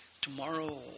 tomorrow